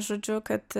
žodžiu kad